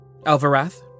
Alvarath